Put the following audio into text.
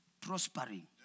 prospering